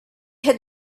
had